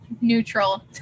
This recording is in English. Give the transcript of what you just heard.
neutral